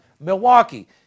Milwaukee